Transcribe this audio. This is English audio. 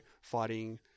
fighting